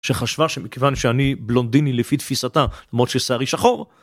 שחשבה שמכיוון שאני בלונדיני לפי תפיסתה, למרות ששערי שחור.